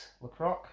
LaCroix